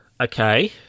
okay